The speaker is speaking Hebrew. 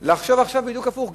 לחשוב עכשיו בדיוק הפוך.